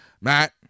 Matt